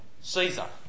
Caesar